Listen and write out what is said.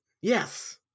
yes